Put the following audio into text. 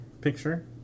picture